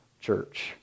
Church